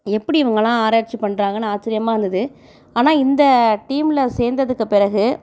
எப்படி இவங்கெல்லாம் ஆராய்ச்சி பண்ணுறாங்கன்னு ஆச்சரியமா இருந்தது ஆனால் இந்த டீமில் சேர்ந்ததுக்கு பிறகு